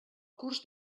curs